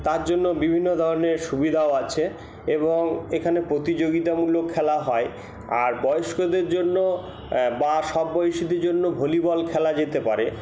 তার জন্য বিভিন্ন ধরনের সুবিধাও আছে এবং এখানে প্রতিযোগিতামূলক খেলা হয় আর বয়স্কদের জন্য বা সব বয়সিদের জন্য ভলিবল খেলা যেতে পারে